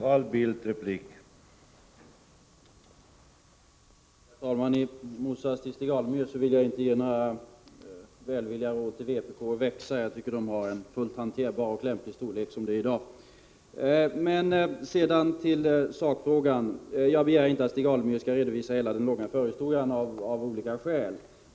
Herr talman! I motsats till Stig Alemyr vill jag inte ge några välvilliga råd till vpk att växa — jag tycker att vpk har en fullt hanterbar och lämplig storlek i dag. Till sakfrågan: Jag begär inte att Stig Alemyr skall redovisa hela den långa förhistorien av olika skäl.